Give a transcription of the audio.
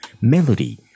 Melody